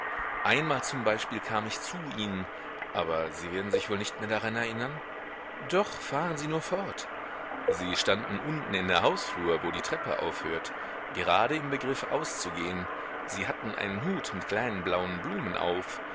einmal zum beispiel kam ich zu ihnen aber sie werden sich wohl nicht mehr daran erinnern doch fahren sie nur fort sie standen unten in der hausflur wo die treppe aufhört gerade im begriff auszugehen sie hatten einen hut mit kleinen blauen blumen auf